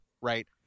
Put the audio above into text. right